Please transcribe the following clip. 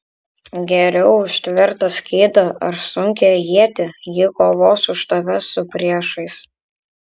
geriau už tvirtą skydą ar sunkią ietį ji kovos už tave su priešais